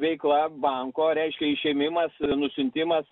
veikla banko reiškia išėmimas nusiuntimas